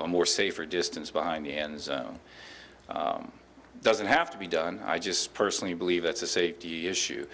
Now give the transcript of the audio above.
a more safer distance behind the end zone doesn't have to be done i just personally believe it's a safety issue